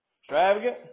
Extravagant